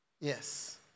Yes